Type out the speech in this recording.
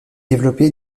développé